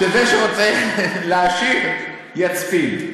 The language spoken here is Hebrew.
שזה שרוצה להעשיר, יצפין.